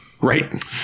Right